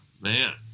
Man